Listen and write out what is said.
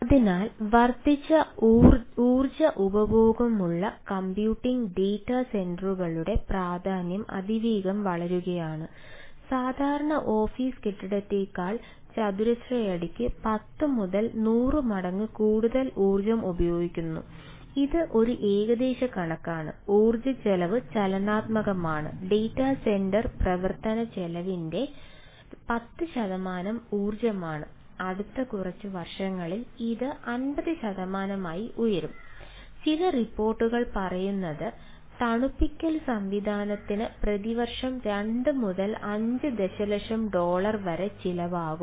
അതിനാൽ വർദ്ധിച്ച ഊർജ്ജ ഉപഭോഗമുള്ള കമ്പ്യൂട്ടിംഗ് വരെ ചിലവാകും